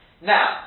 Now